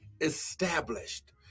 established